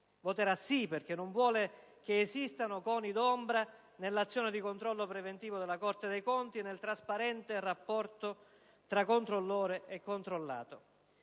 Voterà sì, perché non vuole che esistano coni d'ombra nell'azione di controllo preventivo della Corte dei conti e nel trasparente rapporto tra controllore e controllato.